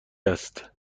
است